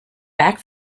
back